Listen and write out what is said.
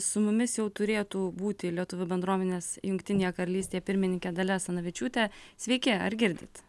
su mumis jau turėtų būti lietuvių bendruomenės jungtinėje karalystėje pirmininkė dalia asanavičiūtė sveiki ar girdit